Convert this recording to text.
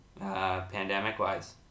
pandemic-wise